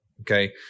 Okay